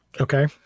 Okay